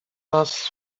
nas